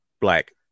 black